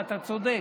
ואתה צודק.